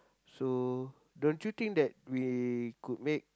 so don't you think that we could make